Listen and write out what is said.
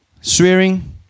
Swearing